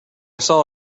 saw